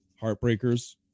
heartbreakers